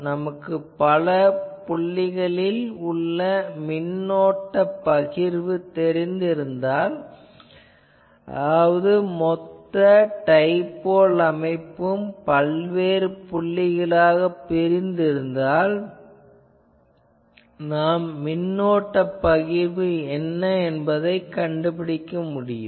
நமக்கு பல புள்ளிகளில் உள்ள மின்னோட்டப் பகிர்வு தெரிந்திருந்தால் அதாவது மொத்த டைபோல் அமைப்பும் பல்வேறு புள்ளிகளாகப் பிரிந்து இருந்தால் நாம் மின்னோட்டப் பகிர்வு என்ன என்பதைக் கண்டுபிடிக்க முடியும்